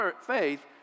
faith